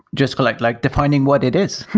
just like like defining what it is,